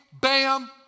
bam